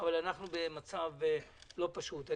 אנחנו במצב לא פשוט.